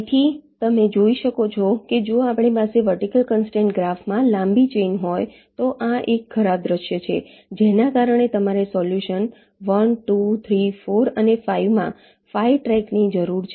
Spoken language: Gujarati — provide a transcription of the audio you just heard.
તેથી તમે જોઈ શકો છો કે જો આપણી પાસે વર્ટિકલ કન્સ્ટ્રેંટ ગ્રાફમાં લાંબી ચેઈન હોય તો આ એક ખરાબ દૃશ્ય છે જેના કારણે તમારે સોલ્યુશન 1 2 3 4 અને 5 માં 5 ટ્રેકની જરૂર છે